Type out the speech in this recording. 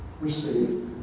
receive